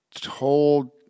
told